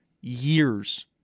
years